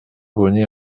bonnet